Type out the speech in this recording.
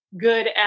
good